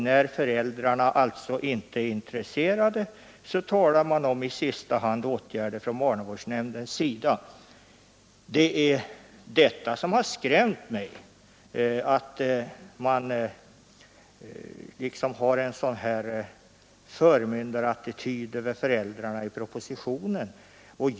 När föräldrarna inte är intresserade kan — i sista hand — åtgärder vidtas från barnavårdsnämndens sida. Det är det som har skrämt mig, att propositionen intar en förmyndarattityd gentemot föräldrarna.